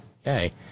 Hey